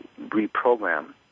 reprogram